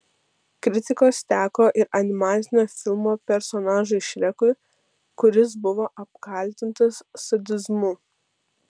kritikos teko ir animacinio filmo personažui šrekui kuris buvo apkaltintas sadizmu